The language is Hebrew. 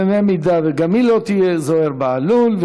ובמידה שגם היא לא תהיה, זוהיר בהלול.